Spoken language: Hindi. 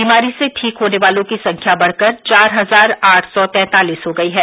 बीमारी से ठीक होने वालों की संख्या बढ़कर चार हजार आठ सौ तैंतालीस हो गई है